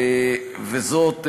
זאת,